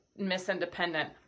misindependent